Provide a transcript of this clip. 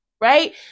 right